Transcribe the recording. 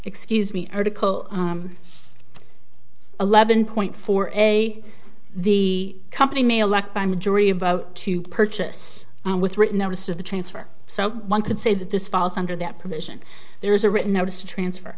excuse me article eleven point four a the company may elect by majority vote to purchase with written notice of the transfer so one could say that this falls under that provision there is a written notice to transfer